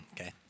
Okay